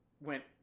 went